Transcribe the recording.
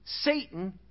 Satan